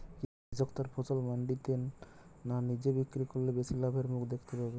কৃষক তার ফসল মান্ডিতে না নিজে বিক্রি করলে বেশি লাভের মুখ দেখতে পাবে?